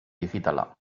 digitala